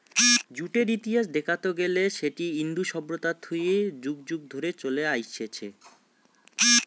জুটের ইতিহাস দেখাত গেলে সেটি ইন্দু সভ্যতা থুই যুগ যুগ ধরে চলে আইসছে